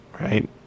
right